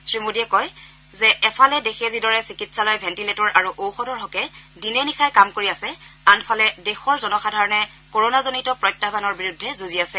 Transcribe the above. শ্ৰীমোদীয়ে কয় যে এহাতে দেশে যিদৰে চিকিৎসালয় ভেণ্টিলেটৰ আৰু ঔষধৰ বাবে দিনে নিশাই কাম কৰি আছে আনহাতে দেশৰ জনসাধাৰণে কৰণাৰ প্ৰত্যাহানৰ বিৰুদ্ধেও যুঁজি আছে